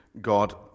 God